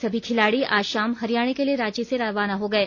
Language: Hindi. सभी खिलाड़ी आज शाम हरियाणा के लिए रांची से रवाना हो गए